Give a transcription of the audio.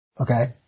Okay